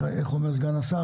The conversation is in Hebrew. כמו שאומר סגן השר.